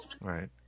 Right